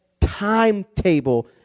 timetable